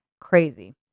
Crazy